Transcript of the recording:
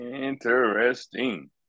Interesting